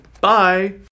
bye